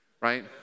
right